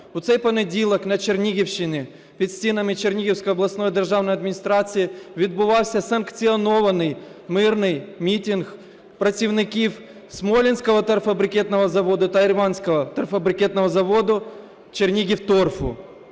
У цей понеділок на Чернігівщині під стінами Чернігівської обласної державної адміністрації відбувався санкціонований мирний мітинг працівників "Смолинського торфобрикетного заводу" та Ірванцівського торфобрикетного заводу "Чернігівторфу".